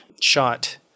shot –